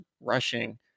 rushing